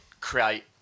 create